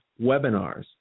webinars